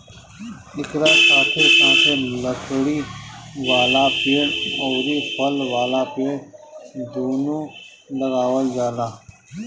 एकरा साथे साथे लकड़ी वाला पेड़ अउरी फल वाला पेड़ दूनो लगावल जाला